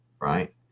right